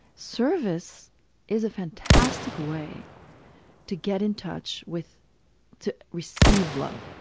service is a fantastic way to get in touch with to receive love.